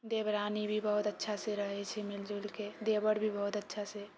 देवरानी भी बहुत अच्छासँ रहै छै मिलिजुलि कऽ देवर भी बहुत अच्छासँ